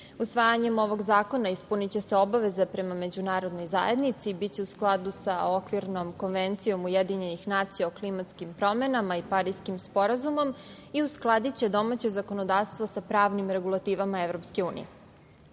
Usvajanjem ovog zakona ispuniće se obaveza prema međunarodnoj zajednici, biće u skladu sa Okvirnom konvencijom Ujedinjenih nacija o klimatskim promenama i Pariskim sporazumom i uskladiće domaće zakonodavstvo sa pravnim regulativama